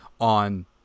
on